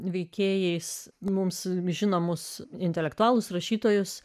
veikėjais mums žinomus intelektualus rašytojus